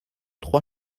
trois